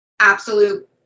absolute